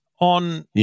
on